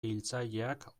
hiltzaileak